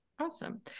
Awesome